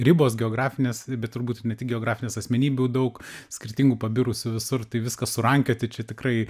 ribos geografinės bet turbūt ne tik geografinės asmenybių daug skirtingų pabirusių visur tai viską surankioti čia tikrai